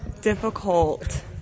difficult